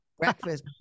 breakfast